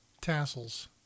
tassels